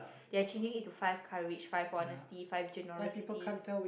they are changing it to five courage five honesty five generosity